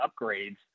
upgrades